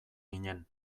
ginen